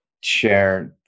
share